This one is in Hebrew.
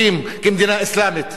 כמדינה אסלאמית,